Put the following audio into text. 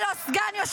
כן?